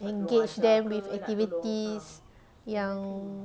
engage them with activities yang